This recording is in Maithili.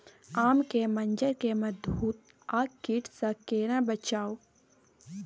आम के मंजर के मधुआ कीट स केना बचाऊ?